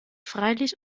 freilich